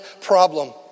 problem